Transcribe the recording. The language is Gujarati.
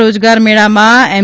આ રોજગાર મોળામાં એમ